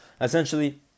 Essentially